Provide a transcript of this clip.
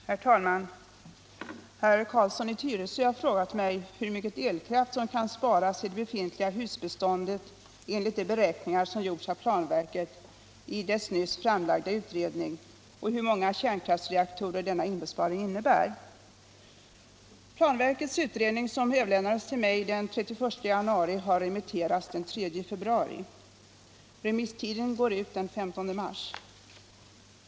Herr talman! Herr Carlsson i Tyresö har frågat mig hur mycket elkraft som kan sparas i det befintliga husbeståndet enligt de beräkningar som gjorts av planverket i dess nyss framlagda utredning och hur många kärnkraftsreaktorer denna inbesparing innebär. Planverkets utredning, som överlämnats till mig den 31 januari, har remitterats den 3 februari. Remisstiden går ut den 15 mars.